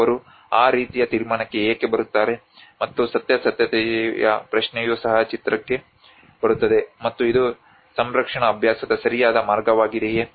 ಅವರು ಆ ರೀತಿಯ ತೀರ್ಮಾನಕ್ಕೆ ಹೇಗೆ ಬರುತ್ತಾರೆ ಮತ್ತು ಸತ್ಯಾಸತ್ಯತೆಯ ಪ್ರಶ್ನೆಯೂ ಸಹ ಚಿತ್ರಕ್ಕೆ ಬರುತ್ತದೆ ಮತ್ತು ಇದು ಸಂರಕ್ಷಣಾ ಅಭ್ಯಾಸದ ಸರಿಯಾದ ಮಾರ್ಗವಾಗಿದೆಯೇ